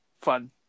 fun